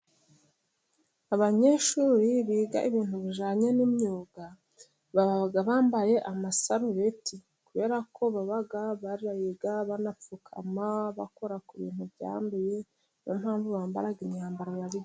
Abanyeshuri biga ibintu bijyanye n'imyuga baba bambaye amasarubeti, kubera ko baba bariga banapfukama bakora ku bintu byanduye, niyo mpamvu bambara imyambaro barimo.